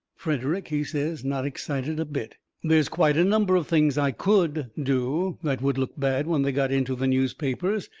frederick, he says, not excited a bit there's quite a number of things i could do that would look bad when they got into the newspapers.